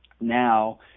Now